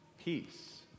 Peace